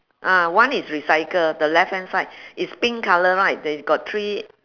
ah one is recycle the left hand side is pink colour right they've got three